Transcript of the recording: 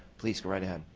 please go right ahead.